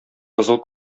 кызыл